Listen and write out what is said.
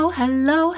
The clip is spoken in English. hello